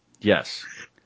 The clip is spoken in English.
Yes